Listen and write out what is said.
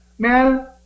Man